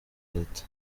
leta